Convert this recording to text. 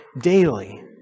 daily